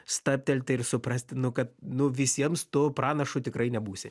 stabtelti ir suprasti nu kad nu visiems tu pranašu tikrai nebūsi